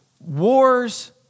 wars